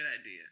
idea